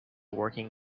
working